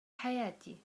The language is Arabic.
حياتي